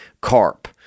carp